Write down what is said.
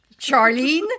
Charlene